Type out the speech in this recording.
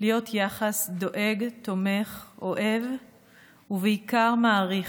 להיות יחס דואג, תומך, אוהב ובעיקר מעריך,